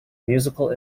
musical